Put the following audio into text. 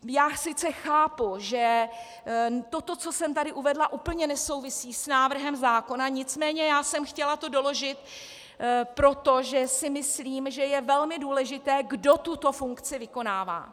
Já sice chápu, že to, co jsem tady uvedla, úplně nesouvisí s návrhem zákona, nicméně jsem to chtěla doložit proto, že si myslím, že je velmi důležité, kdo tuto funkci vykonává.